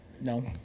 No